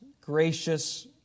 Gracious